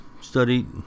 studied